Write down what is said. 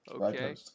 Okay